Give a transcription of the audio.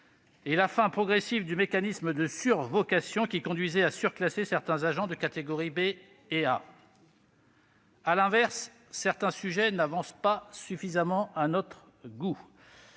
de la fin progressive du mécanisme de survocation, qui conduisait à surclasser certains agents de catégorie B et A. À l'inverse, certains sujets n'avancent pas suffisamment à notre goût.